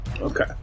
Okay